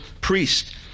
priest